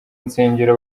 nsengero